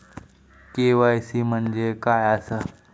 KYC म्हणजे काय आसा?